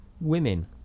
Women